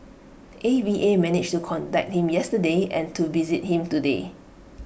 A V A managed to contact him yesterday and to visit him today